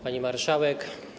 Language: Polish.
Pani Marszałek!